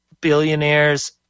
billionaires